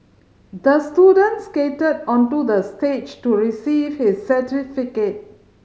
the student skated onto the stage to receive his certificate